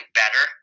better